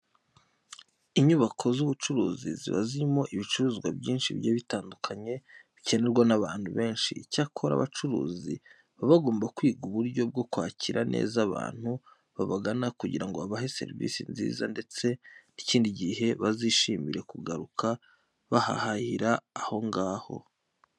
Inyubako z'ubucuruzi ziba zirimo ibicuruzwa byinshi bigiye bitandukanye bikenerwa n'abantu benshi. Icyakora abacuruzi baba bagomba kwiga uburyo bwo kwakira neza abantu babagana kugira ngo babahe serivise nziza ndetse n'ikindi gihe bazishimire kugaruka guhahira aho ngaho.